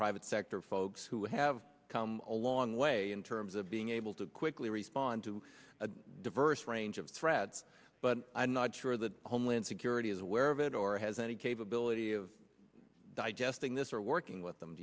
private sector folks who have come a long way in terms of being able to quickly respond to a diverse range of threads but i'm not sure that homeland security is aware of it or has any capability of digesting this or working with